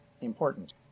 important